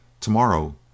Tomorrow